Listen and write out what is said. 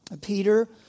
Peter